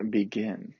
begin